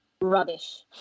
Rubbish